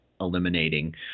eliminating